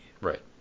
Right